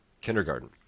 kindergarten